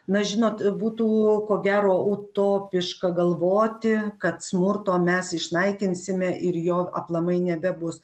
na žinot būtų ko gero utopiška galvoti kad smurto mes išnaikinsime ir jo aplamai nebebus